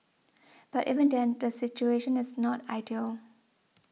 but even then the situation is not ideal